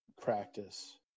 practice